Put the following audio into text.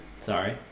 sorry